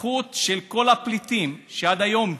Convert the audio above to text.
הזכות של כל הפליטים שעד היום,